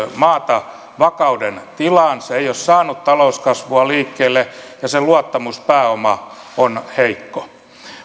maata vakauden tilaan se ei ole saanut talouskasvua liikkeelle ja sen luottamuspääoma on heikko